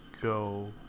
go